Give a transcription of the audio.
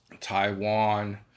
Taiwan